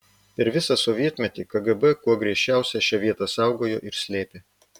per visą sovietmetį kgb kuo griežčiausiai šią vietą saugojo ir slėpė